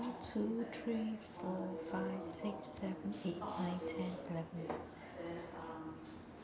one two three four five six seven eight nine ten eleven twelve